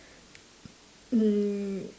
mm